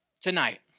tonight